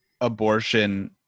abortion